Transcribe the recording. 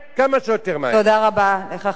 תודה רבה לך, חבר הכנסת נסים זאב.